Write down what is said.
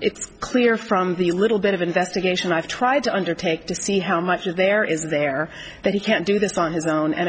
it's clear from the little bit of investigation i've tried to undertake to see how much is there is there that he can't do this on his own and